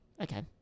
okay